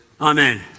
Amen